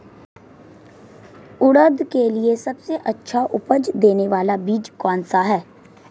उड़द के लिए सबसे अच्छा उपज देने वाला बीज कौनसा है?